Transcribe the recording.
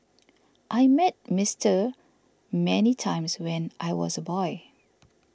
I met Mister many times when I was a boy